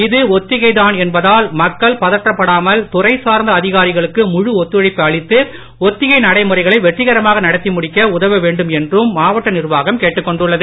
இது ஒத்திகை தான் என்பதால் மக்கள் பதற்றப்படாமல் துறை சார்ந்த அதிகாரிகளுக்கு முழு ஒத்துழைப்பு அளித்து ஒத்திகை நடைமுறைகளை வெற்றிகரமாக நடத்தி முடிக்க உதவ வேண்டும் என்றும் மாவட்ட நிர்வாகம் கேட்டுக் கொண்டுள்ளது